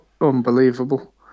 unbelievable